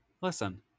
listen